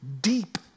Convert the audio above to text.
deep